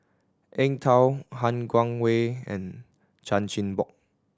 Eng Tow Han Guangwei and Chan Chin Bock